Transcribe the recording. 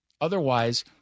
Otherwise